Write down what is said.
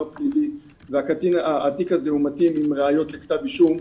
פלילי והתיק הזה מתאים עם ראיות לכתב אישום,